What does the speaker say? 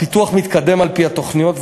הפיתוח מתקדם על-פי התוכניות,